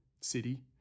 city